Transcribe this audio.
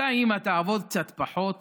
אותה אימא תעבוד קצת פחות